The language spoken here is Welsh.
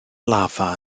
lafa